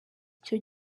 icyo